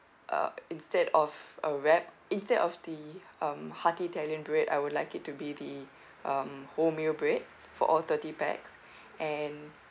uh instead of a wrap instead of the um hearty italian bread I would like it to be the um wholemeal bread for all thirty pax and